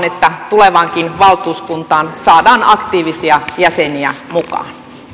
että tulevaankin valtuuskuntaan saadaan aktiivisia jäseniä mukaan